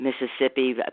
Mississippi